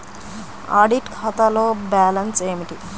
Audit ఖాతాలో balance ఏమిటీ?